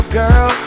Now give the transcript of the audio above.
girl